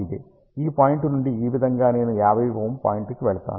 ఈ పాయింట్ నుండి ఈ విధంగా నేను 50Ω పాయింట్కి వెళ్తాను